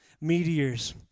meteors